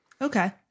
Okay